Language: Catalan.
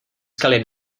calent